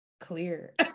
clear